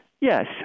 Yes